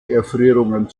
erfrierungen